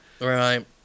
Right